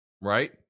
right